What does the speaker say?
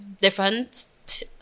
different